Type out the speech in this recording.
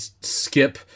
skip